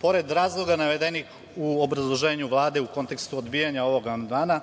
pored razloga navedenih u obrazloženju Vlade u kontekstu odbijanja ovog amandmana